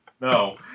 No